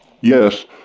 yes